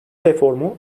reformu